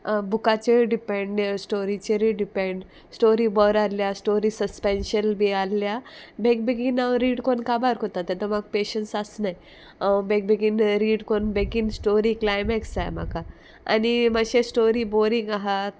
बुकाचेरूय depend स्टोरीचेरूय depend story bore आहल्या story suspension बी आहल्या बेग बेगीन हांव रीड कोन्न काबार कोत्ता तेका म्हाका पेशंस आसनाय हांव बेग बेगीन रीड कोन्न बेगीन स्टोरी क्लायमॅक्स जाय म्हाका आनी मातशें स्टोरी बोरींग आहा